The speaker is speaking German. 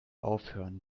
aufhören